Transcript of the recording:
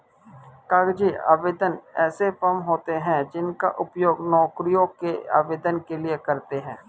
कागजी आवेदन ऐसे फॉर्म होते हैं जिनका उपयोग नौकरियों के आवेदन के लिए करते हैं